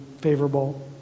favorable